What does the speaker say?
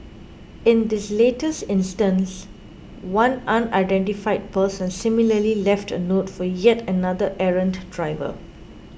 in this latest instance one unidentified person similarly left a note for yet another errant driver